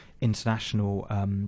international